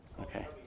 Okay